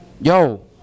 yo